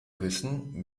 küssen